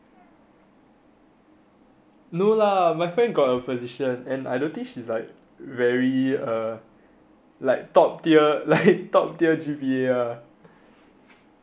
no lah my friend got a position and I dont think she's like very err like top tier G_P_A ah